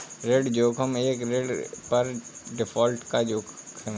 ऋण जोखिम एक ऋण पर डिफ़ॉल्ट का जोखिम है